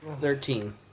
Thirteen